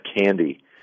candy